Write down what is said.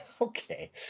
Okay